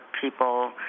people